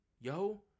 Yo